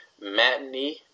matinee